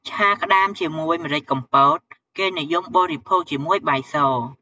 ឆាក្ដាមជាមួយម្រេចកំពតគេនិយមបរិភោគជាមួយបាយស។